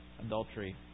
adultery